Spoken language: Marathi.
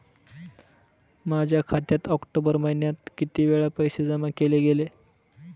माझ्या खात्यात ऑक्टोबर महिन्यात किती वेळा पैसे जमा केले गेले?